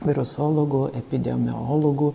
virusologų epidemiologų